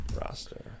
roster